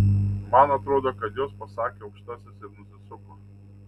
man atrodo kad jos pasakė aukštasis ir nusisuko